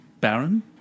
Baron